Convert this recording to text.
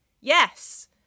Yes